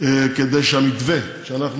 כדי שהמתווה שאז,